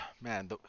Man